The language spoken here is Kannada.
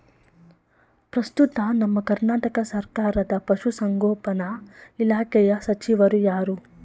ಪ್ರಸ್ತುತ ನಮ್ಮ ಕರ್ನಾಟಕ ಸರ್ಕಾರದ ಪಶು ಸಂಗೋಪನಾ ಇಲಾಖೆಯ ಸಚಿವರು ಯಾರು?